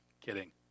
Kidding